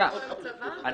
אני